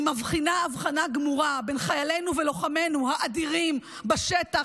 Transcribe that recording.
אני מבחינה הבחנה גמורה בין חיילינו ולוחמינו האדירים בשטח,